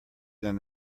than